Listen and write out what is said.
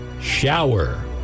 Shower